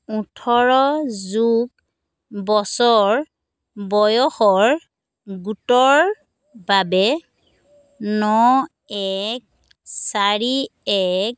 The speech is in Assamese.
ওঠৰ যোগ বছৰ বয়সৰ গোটৰ বাবে ন এক চাৰি এক